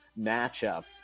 matchup